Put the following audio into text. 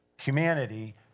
humanity